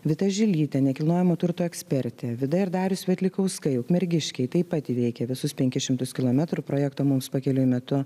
vita žilytė nekilnojamo turto ekspertė vida ir darius svetlikauskai ukmergiškiai taip pat įveikę visus penkis šimtus kilometrų projekto mums pakeliui metu